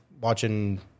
watching